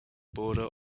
border